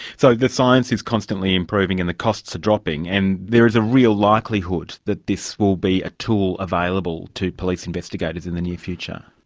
so the science is constantly improving and the costs are dropping and there is a real likelihood that this will be a tool available to police investigators in the near future.